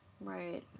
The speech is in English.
Right